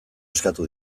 eskatu